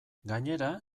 gainera